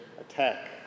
attack